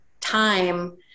time